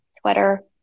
Twitter